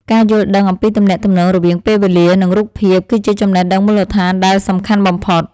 ការយល់ដឹងអំពីទំនាក់ទំនងរវាងពេលវេលា និង រូបភាពគឺជាចំណេះដឹងមូលដ្ឋានដែលសំខាន់បំផុត។